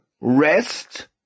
rest